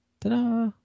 Ta-da